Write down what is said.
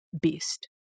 beast